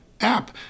app